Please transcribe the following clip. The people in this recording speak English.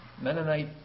Mennonite